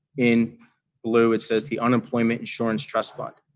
in blue it says, the unemployment insurance trust fund.